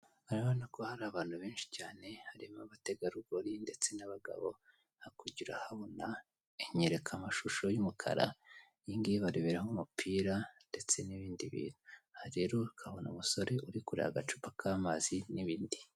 Urabona ko hari abantu benshi cyane hari abategarugori ndetse n'abagabo, hakurya habona inyerekamashusho y'umukara iyingiyi bareberaho umupira ndetse n'ibindi bintu. Aha rero ukahabona umusore uri kureba agacupa k'amazi n'ibindi.